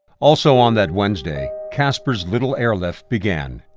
also on that wednesday, casper's little airlift began.